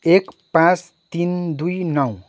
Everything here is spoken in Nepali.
एक पाँच तिन दुई नौ